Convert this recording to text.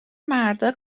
مردا